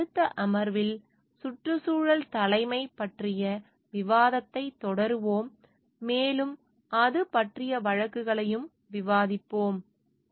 நம் அடுத்த அமர்வில் சுற்றுச்சூழல் தலைமை பற்றிய விவாதத்தைத் தொடருவோம் மேலும் அது பற்றிய வழக்குகளையும் விவாதிப்போம்